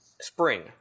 spring